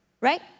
Right